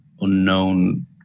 unknown